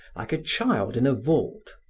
like a child in a vault,